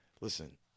listen